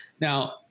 now